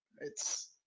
It's-